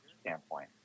standpoint